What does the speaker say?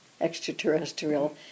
extraterrestrial